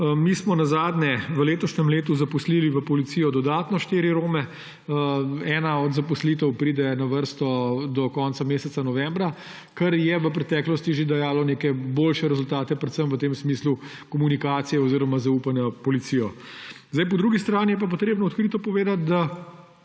Mi smo nazadnje v letošnjem letu zaposlili v policijo dodatno 4 Rome. Ena od zaposlitev pride na vrsto do konca meseca novembra, kar je v preteklosti že dajalo neke boljše rezultate, predvsem v tem smislu komunikacije oziroma zaupanja v policijo. Po drugi strani je pa treba odkrito povedati, da